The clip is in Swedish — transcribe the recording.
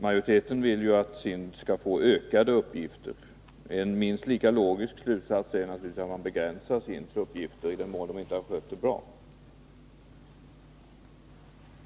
Majoriteten vill ju att SIND skall få ökade uppgifter. En minst lika logisk slutsats är naturligtvis att SIND:s uppgifter bör begränsas, i den mån verket inte har skött dem bra.